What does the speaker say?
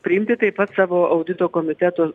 priimti taip pat savo audito komiteto